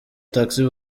taxi